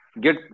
Get